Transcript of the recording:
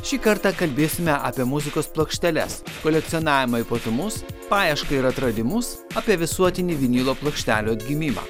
šį kartą kalbėsime apie muzikos plokšteles kolekcionavimo ypatumus paiešką ir atradimus apie visuotinį vinilo plokštelių atgimimą